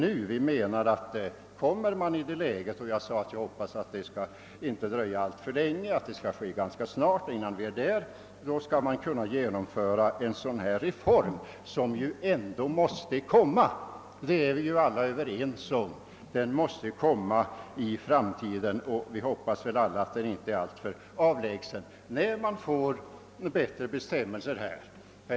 Om vi får bättre resurser framdeles — och vi hoppas att det skall ske ganska snart — så är alla ense om att reformerna också skall genomföras.